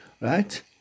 right